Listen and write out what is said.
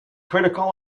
critical